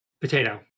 Potato